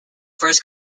first